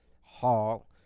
Hall